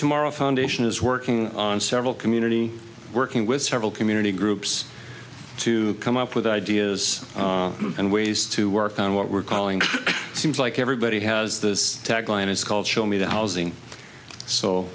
tomorrow foundation is working on several community working with several community groups to come up with ideas and ways to work on what we're calling it seems like everybody has this tagline it's called show me the housing so